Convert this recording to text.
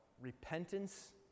repentance